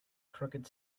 crooked